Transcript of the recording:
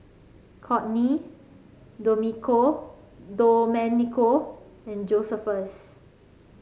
Kortney Domenico and Josephus